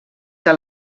que